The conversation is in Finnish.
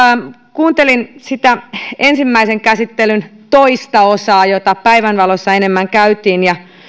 kuuntelin sitä ensimmäisen käsittelyn toista osaa jota päivänvalossa enemmän käytiin ja